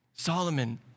Solomon